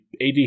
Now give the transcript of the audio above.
AD